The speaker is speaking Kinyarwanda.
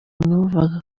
numvaga